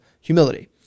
humility